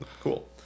cool